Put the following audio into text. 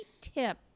tip